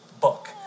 book